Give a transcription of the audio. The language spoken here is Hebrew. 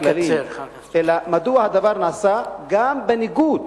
אלא מדוע הדבר נעשה גם בניגוד